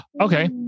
Okay